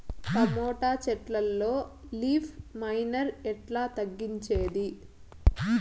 Tomato చెట్లల్లో leaf miner ఎట్లా తగ్గించేది?